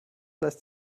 lässt